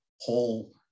whole